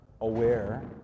aware